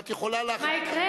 מה יקרה?